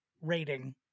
rating